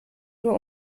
nur